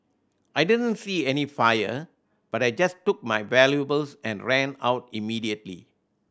I didn't see any fire but I just took my valuables and ran out immediately